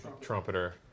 trumpeter